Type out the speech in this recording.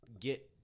get